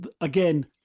again